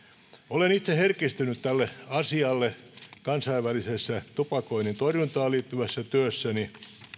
olen itse herkistynyt tälle asialle kansainvälisessä tupakoinnin torjuntaan liittyvässä työssäni